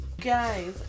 Guys